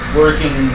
working